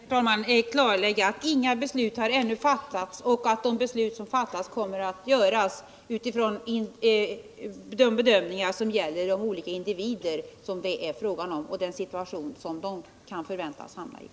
Herr talman! Jag vill klarlägga att inga beslut ännu har fattats och att besluten kommer att fattas med hänsyn till bedömningarna om de olika individer det är fråga om och om den situation som de kan förväntas råka 1